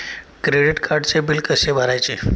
Credit कार्डचे bill कसे भरायचे?